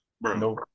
No –